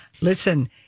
listen